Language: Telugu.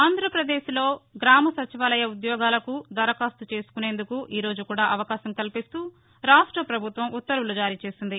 ఆంధ్రప్రదేశ్లో గ్రామ సచివాలయ ఉద్యోగాలకు దరఖాస్తు చేసుకునేందుకు ఈ రోజు కూడా అవకాశం కల్పిస్తూ రాష్ట్ర ప్రభుత్వం ఉత్తర్వులు జారీ చేసింది